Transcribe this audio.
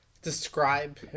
Describe